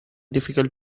difficult